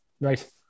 Right